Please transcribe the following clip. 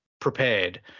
prepared